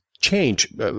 change